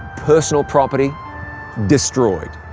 personal property destroyed.